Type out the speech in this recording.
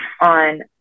on